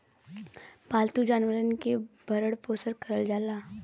पालतू जानवरन के भरण पोसन करल जाला